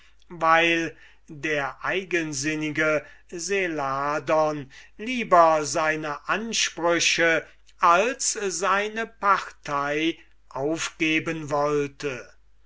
weil der eigensinnige seladon lieber seine ansprüche als seine partei aufgeben wollte